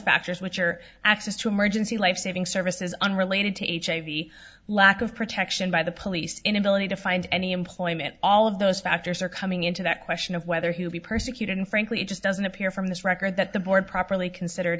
factors which are access to emergency lifesaving services unrelated to hiv lack of protection by the police inability to find any employment all of those factors are coming into that question of whether he will be persecuted and frankly it just doesn't appear from this record that the board properly considered